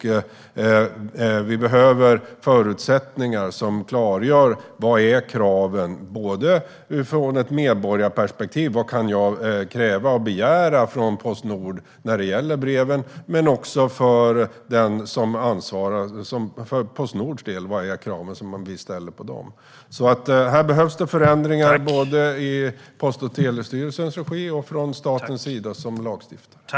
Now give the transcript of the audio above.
Det behövs förutsättningar som klargör vad som är kraven från ett medborgarperspektiv, vad medborgaren kan begära från Postnord när det gäller breven, och vilka krav som ställs på Postnord. Här behövs förändringar i Post och telestyrelsens regi och från statens sida som lagstiftare.